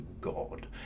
God